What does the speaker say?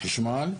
חשמל,